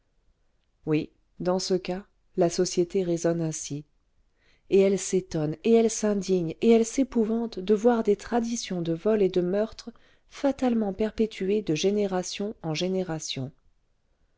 oui dans ce cas la société raisonne ainsi et elle s'étonne et elle s'indigne et elle s'épouvante de voir des traditions de vol et de meurtre fatalement perpétuées de génération en génération